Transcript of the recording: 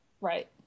right